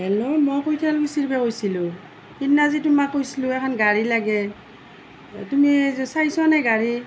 hello মই কঠালকুছীৰপৰা কৈছিলোঁ সিদিনা যে তোমাক কৈছিলোঁ এখন গাড়ী লাগে তুমি চাইছানে গাড়ী